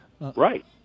Right